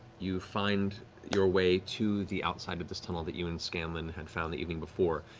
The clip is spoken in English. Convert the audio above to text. you find your way to the outside of this tunnel that you and scanlan had found the evening before.